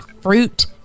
fruit